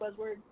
buzzword